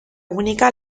unica